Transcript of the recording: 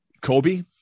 Kobe